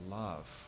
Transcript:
love